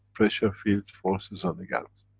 pressure field-forces on the gans.